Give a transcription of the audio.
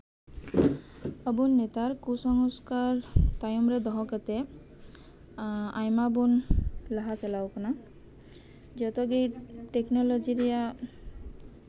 ᱟᱵᱚ ᱱᱮᱛᱟᱨ ᱠᱩᱥᱚᱝᱥᱠᱟᱨ ᱛᱟᱭᱚᱢ ᱨᱮ ᱫᱚᱦᱚ ᱠᱟᱛᱮ ᱟᱭᱢᱟ ᱵᱚᱱ ᱞᱟᱦᱟ ᱪᱟᱞᱟᱣ ᱠᱟᱱᱟ ᱡᱚᱛᱚ ᱜᱮ ᱴᱮᱠᱱᱳᱞᱚᱡᱤ ᱨᱮᱭᱟᱜ